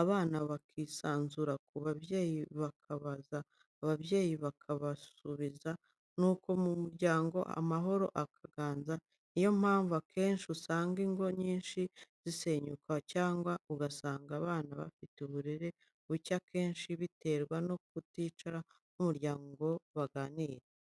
abana bakisanzura ku babyeyi bakababaza ababyeyi bakabasubiza nuko mu muryango amahoro akaganza, ni yo mpamvu akenshi usanga ingo nyinshi zisenyuka cyangwa ugasanga abana bafite uburere buke akenshi biterwa no kuticara nk'umuryango ngo baganire.